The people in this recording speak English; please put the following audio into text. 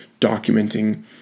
documenting